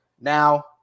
now